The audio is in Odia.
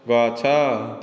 ଗଛ